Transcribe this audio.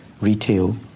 retail